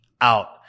out